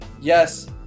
Yes